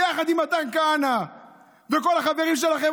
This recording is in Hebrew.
ביחד עם מתן כהנא וכל החברים שלכם,